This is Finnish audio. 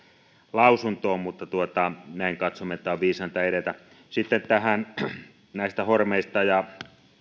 lausuntoon mutta näin katsomme että on viisainta edetä sitten näistä hormeista ja